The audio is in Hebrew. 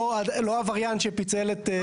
לא עבריין שפיצל את דירתו.